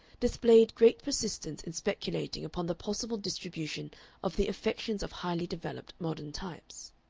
displayed great persistence in speculating upon the possible distribution of the affections of highly developed modern types.